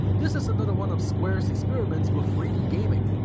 this is another one of square's experiments with three d gaming.